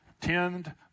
tend